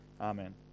Amen